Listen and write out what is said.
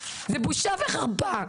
זה בושה וחרפה.